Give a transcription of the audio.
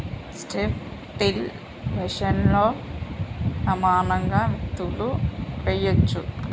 strip till మెషిన్తో సమానంగా విత్తులు వేయొచ్చు